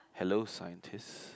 hello scientist